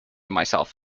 myself